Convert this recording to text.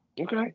Okay